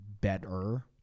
better